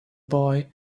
boy